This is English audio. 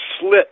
slit